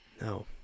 No